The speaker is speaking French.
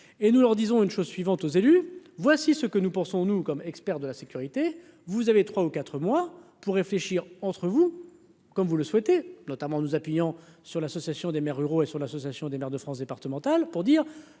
et nous leur disons une chose suivante aux élus, voici ce que nous pensons, nous, comme expert de la sécurité, vous avez 3 ou 4 mois pour réfléchir entre vous, comme vous le souhaitez, notamment nous appuyant sur l'association des maires ruraux et sur l'association des maires de France départemental pour dire.